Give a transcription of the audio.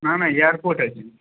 না না এয়ারপোর্ট আছে